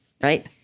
right